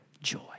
joy